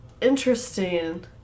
interesting